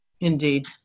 Indeed